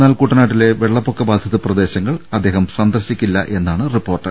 എന്നാൽ കുട്ടനാട്ടിലെ വെളളപ്പൊക്ക ബാധിത പ്രദേശങ്ങൾ അദ്ദേഹം സന്ദർശിക്കില്ല എന്നാണ് റിപ്പോർട്ട്